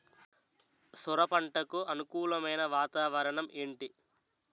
సొర పంటకు అనుకూలమైన వాతావరణం ఏంటి?